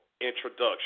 introduction